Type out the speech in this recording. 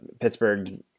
pittsburgh